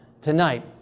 tonight